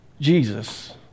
Jesus